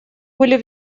были